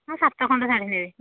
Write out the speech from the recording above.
ହଁ ସାତ ଖଣ୍ଡ ଶାଢ଼ୀ ନେବି